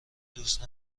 دوست